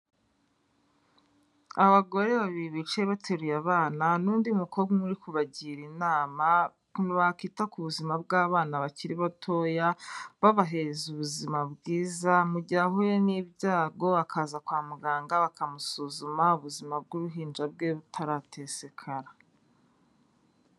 Abagore babiri bicaye bateruye abana n'undi mukobwa umwe uri kubagira inama, ukuntu bakwita ku buzima bw'abana bakiri batoya babaheza ubuzima bwiza mu gihe ahuye n'ibyago akaza kwa muganga bakamusuzuma, ubuzima bw'uruhinja rwe butaratesekara.